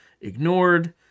ignored